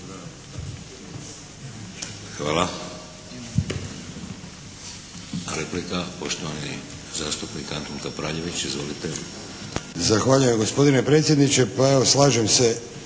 Hvala. Replika, poštovani zastupnik Antun Kapraljević. Izvolite. **Kapraljević, Antun (HNS)** Zahvaljujem gospodine predsjedniče. Pa evo slažem se